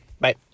Bye